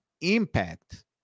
impact